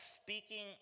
speaking